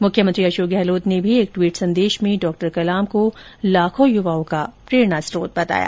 मुख्यमंत्री अशोक गहलोत ने भी एक ट्वीट संदेश में डॉ कलाम को लाखों युवाओं का प्रेरणा स्रोत बताया